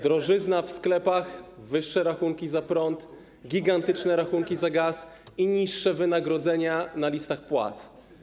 Drożyzna w sklepach, wyższe rachunki za prąd, gigantyczne rachunki za gaz i niższe wynagrodzenia na listach płac.